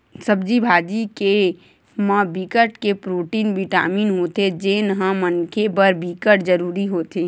सब्जी भाजी के म बिकट के प्रोटीन, बिटामिन होथे जेन ह मनखे बर बिकट जरूरी होथे